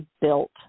built